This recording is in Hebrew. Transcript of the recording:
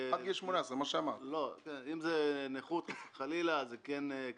עד גיל 18. עניין של נכות כן כלול.